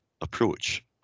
approach